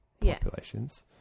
populations